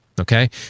Okay